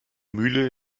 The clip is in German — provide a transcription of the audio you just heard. mühle